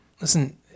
Listen